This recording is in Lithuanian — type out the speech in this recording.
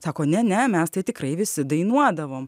sako ne ne mes tai tikrai visi dainuodavom